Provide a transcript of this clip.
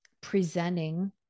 presenting